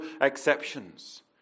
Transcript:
exceptions